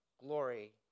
glory